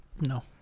No